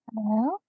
Hello